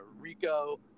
Rico